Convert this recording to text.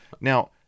Now